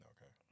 Okay